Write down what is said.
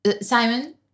simon